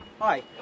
Hi